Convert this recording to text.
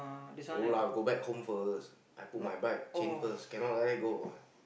no lah go back home first I put my bike chain first cannot like that go what